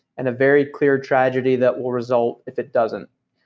and a very clear tragedy that will result if it doesn't.